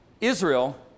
Israel